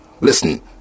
Listen